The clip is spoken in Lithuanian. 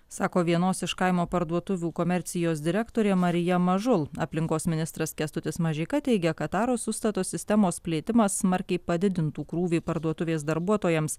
sako vienos iš kaimo parduotuvių komercijos direktorė marija mažul aplinkos ministras kęstutis mažeika teigia kad taros užstato sistemos plėtimas smarkiai padidintų krūvį parduotuvės darbuotojams